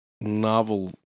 novel